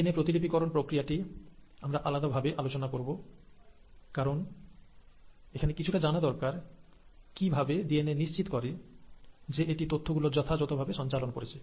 DNA প্রতিলিপি করণ প্রক্রিয়াটি আমরা আলাদা ভাবে আলোচনা করব কারণ এখানে কিছুটা জানা দরকার কি ভাবে ডিএনএ নিশ্চিত করে যে এটি তথ্য গুলো যথাযথ ভাবে সঞ্চালন করছে